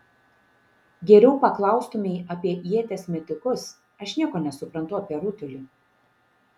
geriau paklaustumei apie ieties metikus aš nieko nesuprantu apie rutulį